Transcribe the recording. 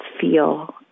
feel